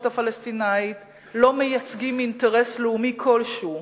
הפלסטינית לא מייצגים אינטרס לאומי כלשהו,